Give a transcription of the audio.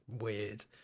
weird